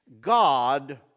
God